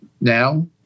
now